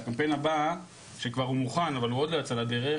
הקמפיין הבא, שכבר מוכן אבל עוד לא יצא לדרך,